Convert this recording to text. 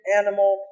animal